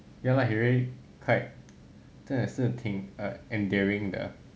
ya lah he really quite 真的是挺 endearing 的